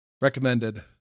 Recommended